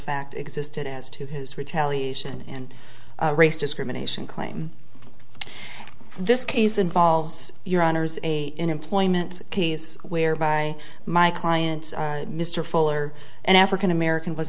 fact existed as to his retaliation and race discrimination claim this case involves your honour's a employment case whereby my client mr fuller an african american was